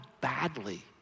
badly